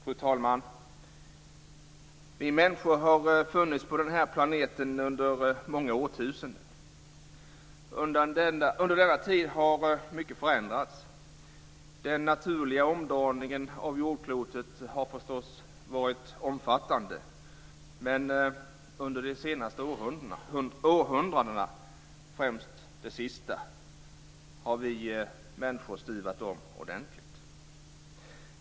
Fru talman! Vi människor har funnits på den här planeten under många årtusenden. Under denna tid har mycket förändrats. Den naturliga omdaningen av jordklotet har förstås varit omfattande. Men under de senaste århundradena, främst det sista, har vi människor stuvat om ordentligt.